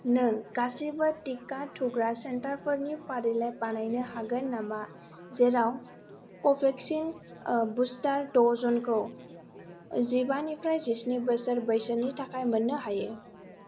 नों गासिबो टिका थुग्रा सेन्टारफोरनि फारिलाइ बानायनो हागोन नामा जेराव कभेक्सिन बुस्टार द'जनखौ जिबानिफ्राय जिस्नि बोसोर बैसोनि थाखाय मोन्नो हायो